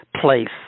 place